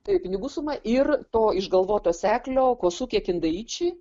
toji pinigų suma ir to išgalvoto seklio kosuke kondaiči